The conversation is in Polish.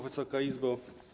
Wysoka Izbo!